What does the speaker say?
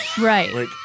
Right